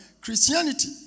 Christianity